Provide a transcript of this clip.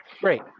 Great